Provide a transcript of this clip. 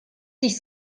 sich